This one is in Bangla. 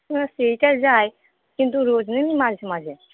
হ্যাঁ সেইটা যায় কিন্তু রোজ মাঝে মাঝে